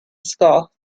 scott